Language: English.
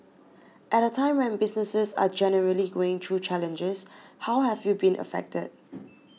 at a time when businesses are generally going through challenges how have you been affected